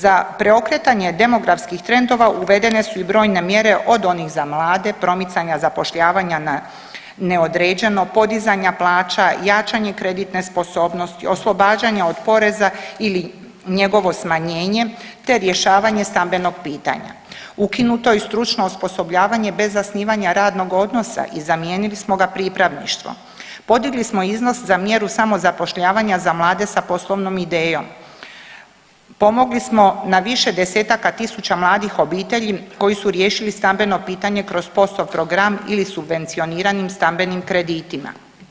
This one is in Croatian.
Za preokretanje demografskih trendova uvedene su i brojne mjere od onih za mlade, promicanja zapošljavanja na neodređeno, podizanja plaća, jačanje kreditne sposobnosti, oslobađanja od poreza ili njegovo smanjenje, te rješavanje stambenog pitanja, ukinuto je i stručno osposobljavanje bez zasnivanja radnog odnosa i zamijenili smo ga pripravništvom, podigli smo iznos za mjeru samozapošljavanja za mlade sa poslovnom idejom, pomogli smo na više desetaka tisuća mladih obitelji koji su riješili stambeno pitanje kroz POS-ov program ili subvencioniranim stambenim kreditima.